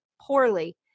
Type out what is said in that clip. poorly